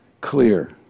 clear